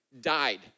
died